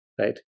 right